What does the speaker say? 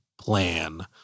plan